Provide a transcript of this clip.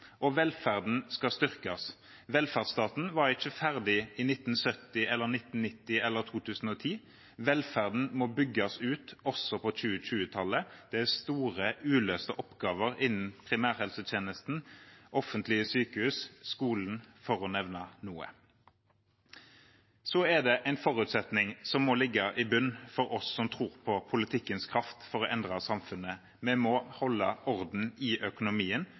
og velferden skal styrkes. Velferdsstaten var ikke ferdig i 1970 eller 1990 eller 2010, velferden må bygges ut også på 2020-tallet. Det er store uløste oppgaver innen primærhelsetjenesten, offentlige sykehus og skolen, for å nevne noe. Det er en forutsetning som må ligge i bunnen for oss som tror på politikkens kraft til å endre samfunnet. Vi må holde orden i økonomien